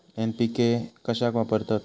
NPK कशाक वापरतत?